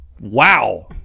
wow